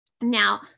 Now